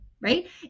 right